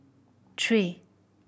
three